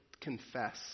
confess